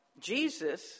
Jesus